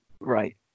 right